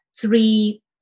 three